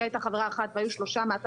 היא הייתה החברה האחת והיו שלושה מהצד